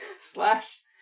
Slash